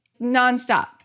nonstop